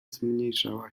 zmniejszała